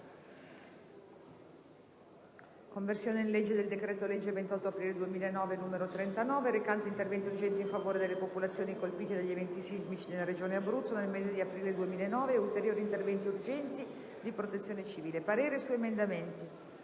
("Conversione in legge del decreto-legge 28 aprile 2009, n. 39, recante interventi urgenti in favore delle popolazioni colpite dagli eventi sismici nella regione Abruzzo nel mese di aprile 2009 e ulteriori interventi urgenti di protezione civile") una serie di emendamenti